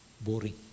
boring